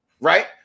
Right